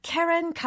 Karen